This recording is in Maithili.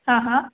हँ हँ